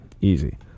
easy